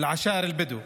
(אומר בערבית: השבטים הבדואיים.)